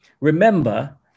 Remember